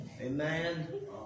Amen